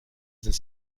sind